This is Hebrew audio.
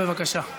בבקשה.